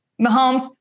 Mahomes